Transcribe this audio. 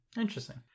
Interesting